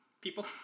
people